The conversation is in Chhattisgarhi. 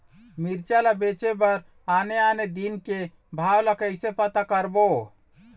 मिरचा ला बेचे बर आने आने दिन के भाव ला कइसे पता करबो?